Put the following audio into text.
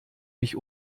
mich